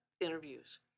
interviews